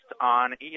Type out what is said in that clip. on